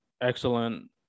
excellent